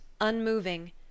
unmoving